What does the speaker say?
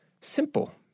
simple